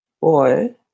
Boy